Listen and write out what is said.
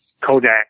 Kodak